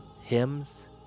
hymns